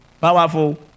Powerful